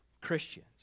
Christians